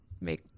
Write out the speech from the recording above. make